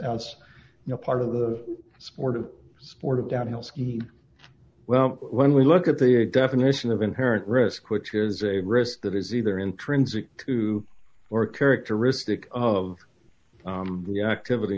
outs you know part of the sport of sport of downhill ski well when we look at the definition of inherent risk which is a risk that is either intrinsic to or characteristic of the activity